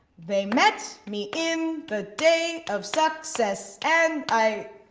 they met me in the day of success and i.